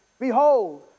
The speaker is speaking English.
Behold